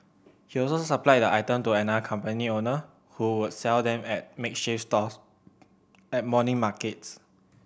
he also supplied the item to another company owner who would sell them at makeshift stalls at morning markets